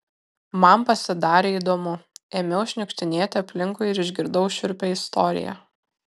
man pasidarė įdomu ėmiau šniukštinėti aplinkui ir išgirdau šiurpią istoriją